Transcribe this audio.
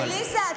אבל שם,